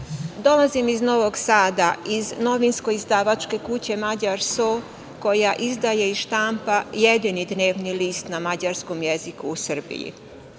iz Novog Sada, iz novinsko-izdavačke kuće „Mađar So“ koja izdaje i štampa jedini dnevni list na mađarskom jeziku u Srbiji.